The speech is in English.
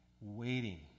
Waiting